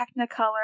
Technicolor